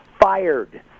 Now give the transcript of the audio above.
fired